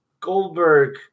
goldberg